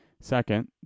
Second